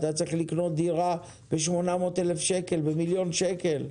אתה צריך לקנות דירה ב-800,000 שקל וב-1 מיליון שקל.